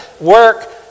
work